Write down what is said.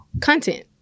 content